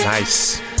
Nice